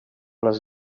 les